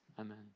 Amen